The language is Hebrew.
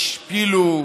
השפילו,